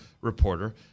reporter